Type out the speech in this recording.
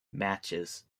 matches